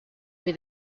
with